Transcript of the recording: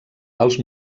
als